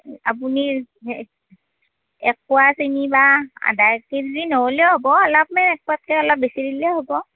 আপুনি এক পোৱা চেনী বা আধা কেজি নহ'লেও হ'ব অলপমান এক পোৱাতকে অলপ বেছি দিলেই হ'ব